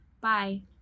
Bye